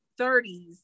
30s